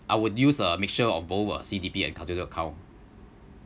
I would use a mixture of both uh C_D_P and custodial account